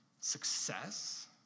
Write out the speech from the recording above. success